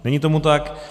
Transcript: Není tomu tak.